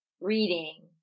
reading